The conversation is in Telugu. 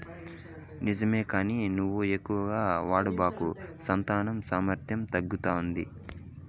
నిజమే కానీ నువ్వు ఎక్కువగా వాడబాకు సంతాన సామర్థ్యం తగ్గుతాది